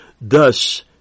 Thus